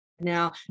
now